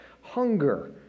hunger